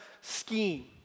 scheme